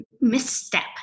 misstep